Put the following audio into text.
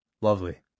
Lovely